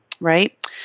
Right